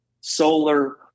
solar